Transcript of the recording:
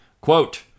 Quote